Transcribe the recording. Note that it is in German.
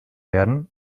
werden